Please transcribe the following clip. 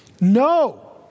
No